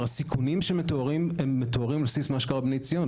הסיכונים שמתוארים מתוארים על בסיס מה שקרה בבני ציון,